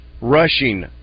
rushing